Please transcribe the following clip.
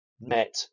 met